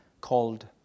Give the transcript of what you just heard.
called